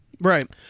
right